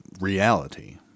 reality